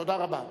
תודה רבה.